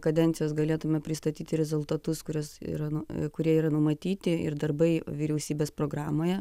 kadencijos galėtume pristatyti rezultatus kuriuos yra nu kurie yra numatyti ir darbai vyriausybės programoje